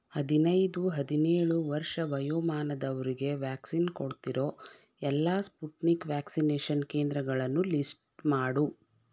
ಹದಿನೈದು ಹದಿನೇಳು ವರ್ಷ ವಯೋಮಾನದವರಿಗೆ ವ್ಯಾಕ್ಸಿನ್ ಕೊಡ್ತಿರೋ ಎಲ್ಲ ಸ್ಪುಟ್ನಿಕ್ ವ್ಯಾಕ್ಸಿನೇಷನ್ ಕೇಂದ್ರಗಳನ್ನು ಲಿಸ್ಟ್ ಮಾಡು